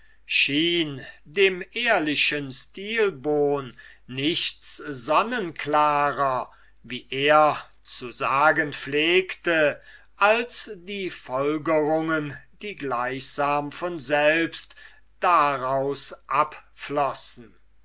dem ehrlichen stilbon nichts sonnenklarer wie er zu sagen pflegte als die folgerungen die gleichsam von selbst daraus abflossen